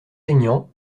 aignan